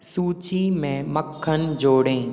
सूची में मक्खन जोड़ें